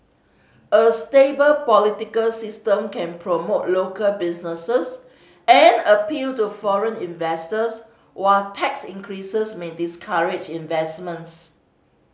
a stable political system can promote local businesses and appeal to foreign investors while tax increases may discourage investments